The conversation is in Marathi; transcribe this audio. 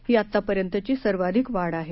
ही आता पर्यतची सर्वाधिक वाढ आहे